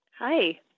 Hi